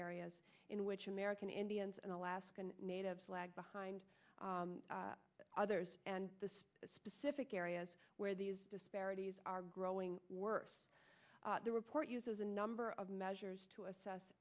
areas in which american indians and alaskan natives lag behind others and the specific areas where these disparities are growing worse the report uses a number of measures to assess